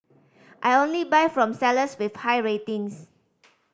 I only buy from sellers with high ratings